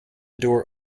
door